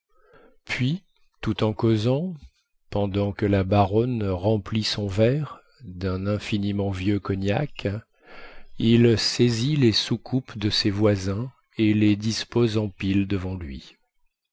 puis tout en causant pendant que la baronne remplit son verre dun infiniment vieux cognac il saisit les soucoupes de ses voisins et les dispose en pile devant lui